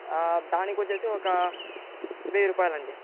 దానికి వచ్చి ఒక వెయ్యి రూపాయిలు అండి